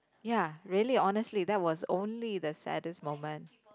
ya really honestly that was only the saddest moment